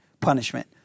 punishment